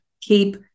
Keep